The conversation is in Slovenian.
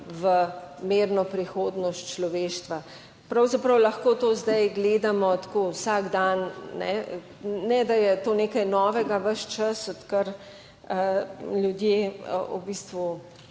v mirno prihodnost človeštva. Pravzaprav lahko to zdaj gledamo tako vsak dan, ne, da je to nekaj novega. Ves čas, odkar so ljudje, odkar